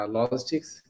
Logistics